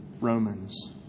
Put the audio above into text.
Romans